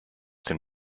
dem